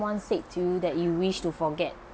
someone said to you that you wish to forget